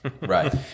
Right